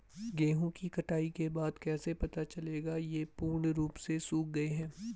गेहूँ की कटाई के बाद कैसे पता चलेगा ये पूर्ण रूप से सूख गए हैं?